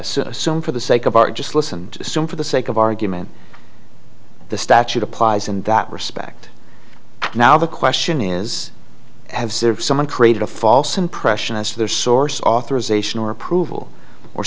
some for the sake of our just listen and assume for the sake of argument the statute applies in that respect now the question is have someone created a false impression as to their source authorization or approval or